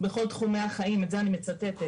בכל תחומי החיים, את זה אני מצטטת,